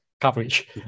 coverage